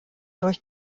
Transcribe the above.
durch